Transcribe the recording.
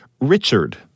Richard